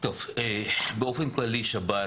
קצת כאילו חרה לי השימוש במילה "עינוי".